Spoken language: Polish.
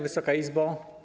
Wysoka Izbo!